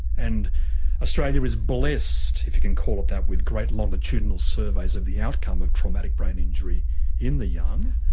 and australia is blessed, if you can call it that, with great longitudinal surveys of the outcome of traumatic brain injury in the young,